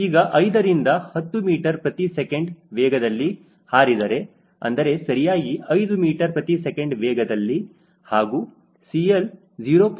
ಈಗ 5ರಿಂದ 10 ಮೀಟರ್ ಪ್ರತಿ ಸೆಕೆಂಡ ವೇಗದಲ್ಲಿ ಹಾರಿದರೆ ಅಂದರೆ ಸರಿಯಾಗಿ 5 ಮೀಟರ್ ಪ್ರತಿ ಸೆಕೆಂಡ್ ವೇಗದಲ್ಲಿ ಹಾಗೂ CL 0